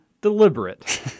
deliberate